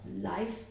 life